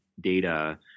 data